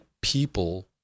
people